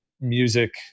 music